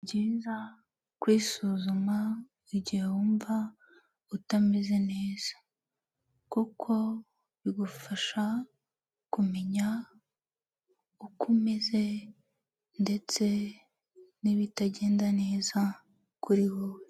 Ni byiza kwisuzuma igihe wumva utameze neza, kuko bigufasha kumenya uko umeze ndetse n'ibitagenda neza kuri wowe.